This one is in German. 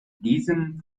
diesem